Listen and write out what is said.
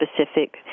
specific